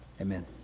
Amen